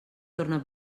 torna